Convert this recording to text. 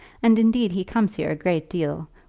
and indeed he comes here a great deal,